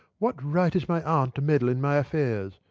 what right has my aunt to meddle in my affairs?